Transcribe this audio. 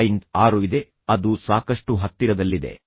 6 ಇದೆ ಅದು ಸಾಕಷ್ಟು ಹತ್ತಿರದಲ್ಲಿದೆ